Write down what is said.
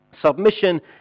Submission